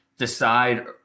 decide